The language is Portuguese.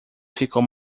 ficou